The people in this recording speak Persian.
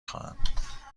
خواهم